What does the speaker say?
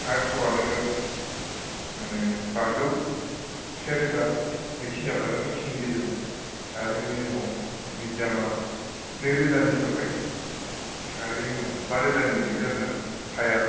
highest ल'आनो माने बाजौ सेरोजा बेखिनियाव थागोन बेखिनिनि गेजेराव आरो बेनि उनाव मिडियामा नैरोजानि थांबाय आरो बेनि उनाव बा रोजानि मोनहैबाय आरोना हायार